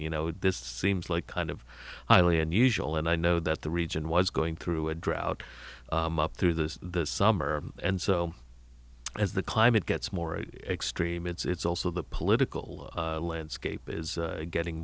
you know this seems like kind of highly unusual and i know that the region was going through a drought up through the summer and so as the climate gets more extreme it's also the political landscape is getting